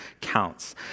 counts